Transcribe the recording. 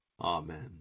Amen